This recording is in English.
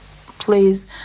please